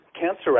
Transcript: cancer